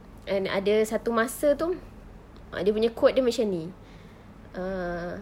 and ada satu masa itu ah dia punya quote dia macam ini ah